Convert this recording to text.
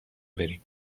بریم